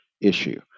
issue